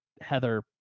Heather